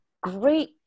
great